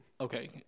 Okay